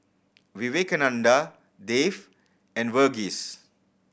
Vivekananda Dev and Verghese